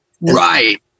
Right